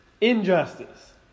injustice